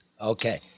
Okay